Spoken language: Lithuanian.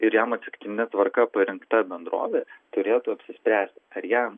ir jam atsitiktine tvarka parinkta bendrovė turėtų apsispręsti ar jam